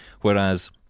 Whereas